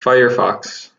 firefox